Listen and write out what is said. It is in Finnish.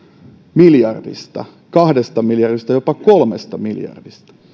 miljardista kahdesta miljardista jopa kolmesta miljardista